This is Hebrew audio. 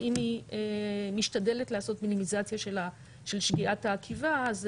ואם היא משתדלת לעשות מינימיזציה של שקיעת העקיבה,